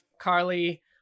Carly